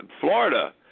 Florida